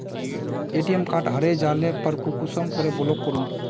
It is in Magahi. ए.टी.एम कार्ड हरे जाले पर कुंसम के ब्लॉक करूम?